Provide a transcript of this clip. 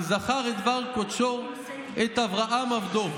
כי זכר את דבר קדשו את אברהם עבדו.